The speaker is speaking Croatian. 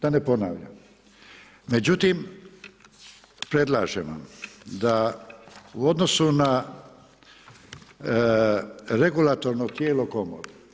Da ne ponavljam, međutim, predlažem vam da u odnosu na regulatorno tijelo komore.